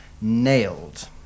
Nailed